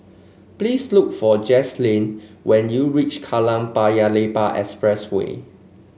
please look for Jaslene when you reach Kallang Paya Lebar Expressway